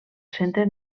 centre